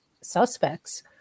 suspects